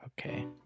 Okay